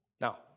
Now